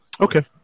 Okay